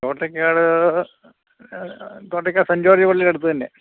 തോട്ടയ്ക്കാട് തോട്ടയ്ക്കാട് saint George പള്ളിയുടെ അടുത്ത് തന്നെ